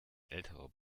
älterer